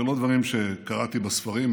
אלה לא דברים שקראתי בספרים,